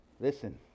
Listen